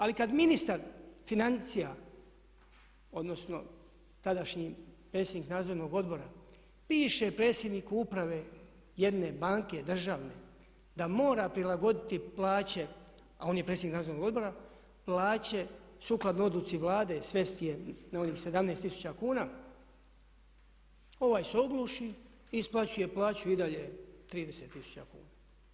Ali kad ministar financija odnosno tadašnji predsjednik nadzornog odbora piše predsjedniku uprave jedne banke državne da mora prilagoditi plaće a on je predsjednik nadzornog odbora plaće sukladno odluci Vlade i svesti je na onih 17 tisuća kuna ovaj se ogluši i isplaćuje plaću i dalje 30 tisuća kuna.